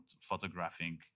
photographing